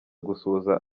gusuhuza